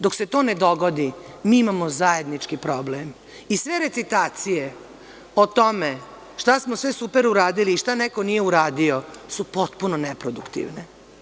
Dok se to ne dogodi mi imamo zajednički problem i sve recitacije o tome šta smo sve super uradili i šta neko nije uradio su potpuno neproduktivne.